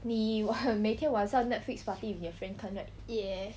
你晚 每天晚上 netflix party with 你的 friend 看 right